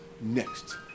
next